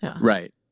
right